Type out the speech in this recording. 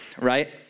right